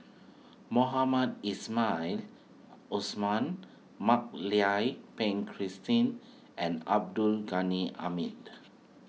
Mohamed Ismail Mak Lai Peng Christine and Abdul Ghani Hamid